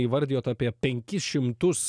įvardijot apie penkis šimtus